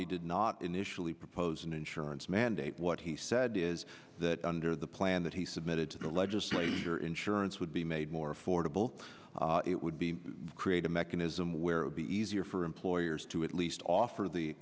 did not initially propose an insurance mandate what he said is that under the plan that he submitted to the legislature insurance would be made more affordable it would be create a mechanism where be easier for employers to at least offer the